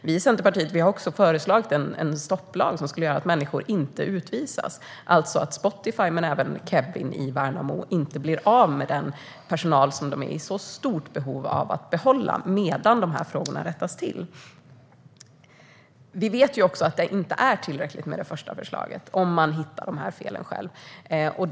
Vi i Centerpartiet har också föreslagit en stopplag som skulle innebära att människor inte utvisas, så inte till exempel Kevin eller Spotify blir av med den personal som de är i så stort behov av att behålla medan dessa frågor rättas till. Vi vet också att det inte är tillräckligt med det första förslaget, om man själv hittar dessa fel.